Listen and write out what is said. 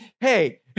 Hey